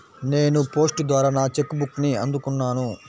నేను పోస్ట్ ద్వారా నా చెక్ బుక్ని అందుకున్నాను